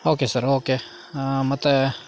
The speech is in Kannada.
ಓಕೆ ಸರ್ ಓಕೆ ಹಾಂ ಮತ್ತು